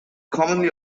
commonly